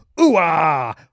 ooh-ah